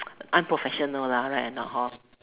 unprofessional lah right or not hor